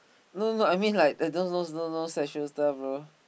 no no no I mean like no no no sexual stuff bro